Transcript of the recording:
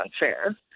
unfair